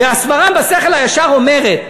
והסברה בשכל הישר אומרת